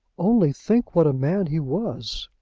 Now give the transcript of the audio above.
only think what a man he was.